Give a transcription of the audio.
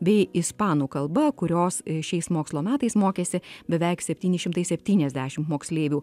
bei ispanų kalba kurios šiais mokslo metais mokėsi beveik septyni šimtai septyniasdešimt moksleivių